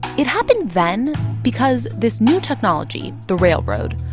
it happened then because this new technology, the railroad,